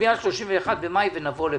נצביע על 31 במאי ונבוא לפה,